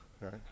right